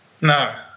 No